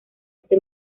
este